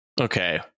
Okay